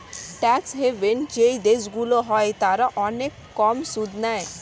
tax haven যেই দেশগুলো হয় তারা অনেক কম সুদ নেয়